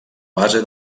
base